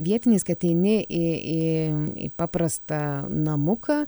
vietiniais kai ateini į į į paprastą namuką